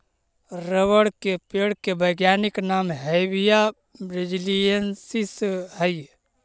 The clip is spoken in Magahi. रबर के पेड़ के वैज्ञानिक नाम हैविया ब्रिजीलिएन्सिस हइ